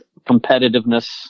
competitiveness